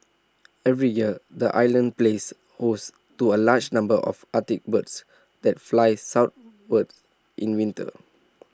every year the island plays host to A large number of Arctic birds that fly southwards in winter